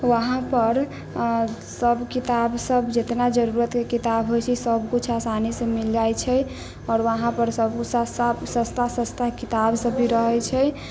वहाँ पर सभ किताबसभ जितना जरूरतके किताब होइत छै सभकिछु आसानीसँ मिल जाइत छै आओर वहाँपर सभ सस्ता सस्ता किताबसभ भी रहैत छै